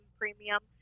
premium